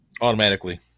Automatically